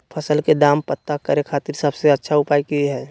फसल के दाम पता करे खातिर सबसे अच्छा उपाय की हय?